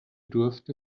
durfte